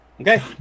okay